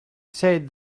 said